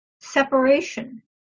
separation